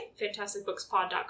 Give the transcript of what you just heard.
fantasticbookspod.com